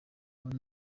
uri